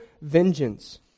vengeance